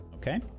Okay